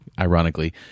ironically